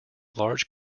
large